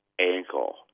ankle